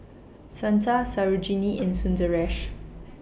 Santha Sarojini and Sundaresh